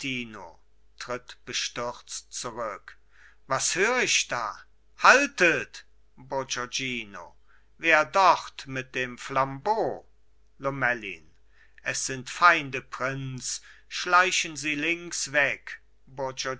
bestürzt zurück was hör ich da haltet bourgognino wer dort mit dem flambeau lomellin es sind feinde prinz schleichen sie links weg